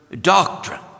doctrine